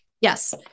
Yes